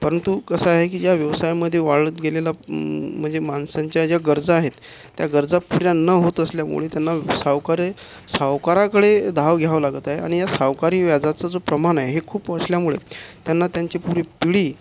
परंतु कसं आहे की ज्या व्यवसायांमध्ये वाढत गेलेला म्हणजे माणसांच्या ज्या गरजा आहेत त्या गरजा पुऱ्या न होत असल्यामुळे त्यांना सावकार सावकाराकडे धाव घ्यावं लागत आहे आणि या सावकारी व्याजाचा जो प्रमाण आहे हे खूप असल्यामुळे त्यांना त्यांची पुरी पिढी